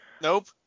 Nope